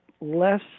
less